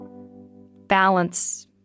balance